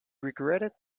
regretted